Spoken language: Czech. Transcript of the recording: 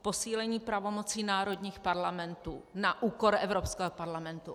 Posílení pravomocí národních parlamentů na úkor Evropského parlamentu.